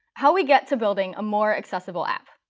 how we get to building a more accessible app.